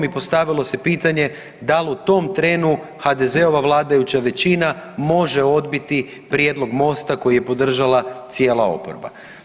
I postavilo se pitanje da li u tom trenu HDZ-ova vladajuća većina može odbiti prijedlog MOST-a koji je podržala cijela oporba.